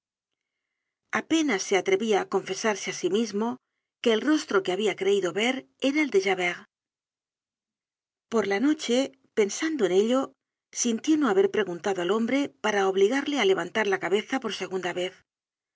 apenas se atrevia á confesarse á sí mismo que el rostro que habia creido ver era el de javert por la noche pensando en ello sintió no haber preguntado al hombre para obligarle á levantar la cabeza por segunda vez